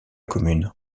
commune